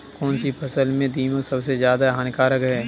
कौनसी फसल में दीमक सबसे ज्यादा हानिकारक है?